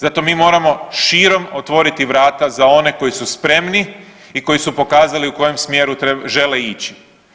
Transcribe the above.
Zato mi moramo širom otvoriti vrata za one koji su spremni i koji su pokazali u kojem smjeru žele ići.